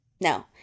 No